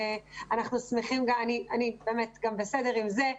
ואני בסדר עם זה.